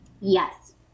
yes